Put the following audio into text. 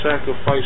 sacrifice